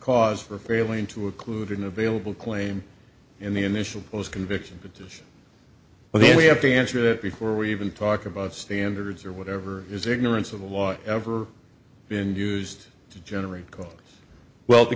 cause for failing to occlude an available claim in the initial post conviction it does but then we have to answer that before we even talk about standards or whatever is ignorance of the law ever been used to generate called well t